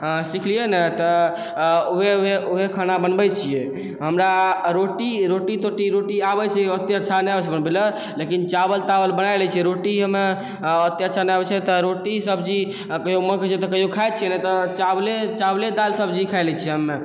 सिखलिअइ नहि तऽ ओहे खाना बनबै छिए हमरा रोटी तोटी रोटी आबै छै ओते अच्छा नहि आबै छै बनबैलए लेकिन चावल तावल बना लै छी रोटी हमे ओते अच्छा नहि आबै छै तऽ रोटी सब्जी कहिओ मोन करै छै तऽ कहिओ खाइ छी नहि तऽ चावले दालि सब्जी खाइ लै छी हमे